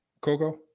Coco